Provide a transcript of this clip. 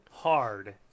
hard